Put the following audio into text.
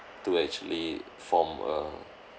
to actually form a